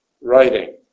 writing